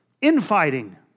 Infighting